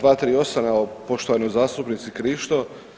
238., evo poštovanoj zastupnici Krišto.